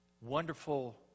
Wonderful